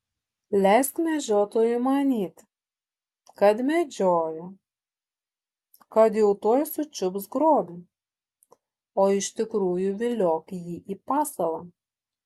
leisk medžiotojui manyti kad medžioja kad jau tuoj sučiups grobį o iš tikrųjų viliok jį į pasalą